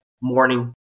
morning